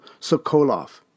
Sokolov